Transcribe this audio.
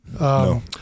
No